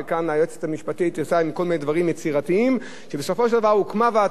ובסופו של דבר הוקמה ועדה שגם חברים בה לשכות הרווחה המחוזיות,